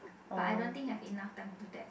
but I don't think have enough time to do that